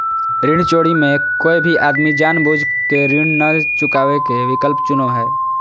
ऋण चोरी मे कोय भी आदमी जानबूझ केऋण नय चुकावे के विकल्प चुनो हय